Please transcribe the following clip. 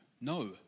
no